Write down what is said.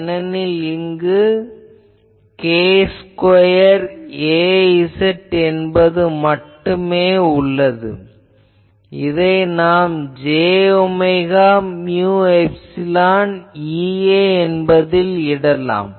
ஏனெனில் இங்கு k square Az என்பது ஒன்று மட்டுமே உள்ளது இதை நாம் j omega mu epsilon EA என்பதில் இடலாம்